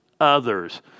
others